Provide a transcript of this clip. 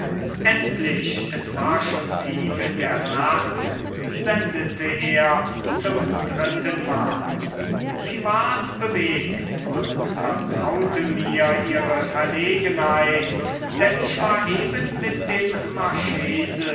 endlich es war schon tief in der nacht sendete er zum drittenmal sie ward bewegt und vertraute mir ihre verlegenheit denn ich war eben mit dem marchese